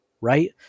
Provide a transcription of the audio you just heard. right